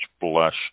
blush